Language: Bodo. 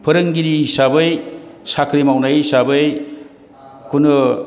फोरोंगिरि हिसाबै साख्रि मावनाय हिसाबै कुनु